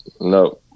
no